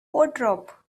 wardrobe